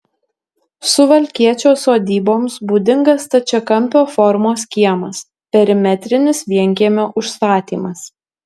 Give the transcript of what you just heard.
suvalkiečio sodyboms būdingas stačiakampio formos kiemas perimetrinis vienkiemio užstatymas